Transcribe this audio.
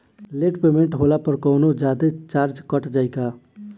Late payment होला पर कौनोजादे चार्ज कट जायी का?